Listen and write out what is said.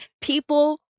people